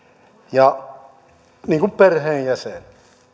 se on niin kuin perheenjäsen